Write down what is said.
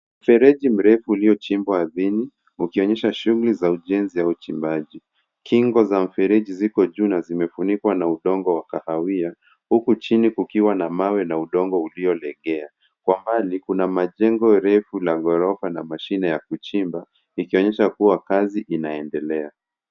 Mfereji mrefu uliochimbwa ardhini ukionyesha shughuli za ujenzi au uchimbaji. Kingo za mfereji ziko juu na zimefunikwa na udongo wa kahawia huku chini kukiwa na udongo na mawe yaliyolegea. Kwa mbali kuna majengo refu la ghorofa na mashine ya kuchimba likionyesha kuwa kazi inaendelea.